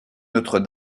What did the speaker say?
notre